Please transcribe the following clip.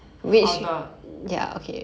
好的